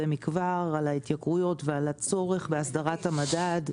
מכבר על ההתייקרויות ועל הצורך בהסדרת המדד.